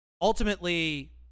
ultimately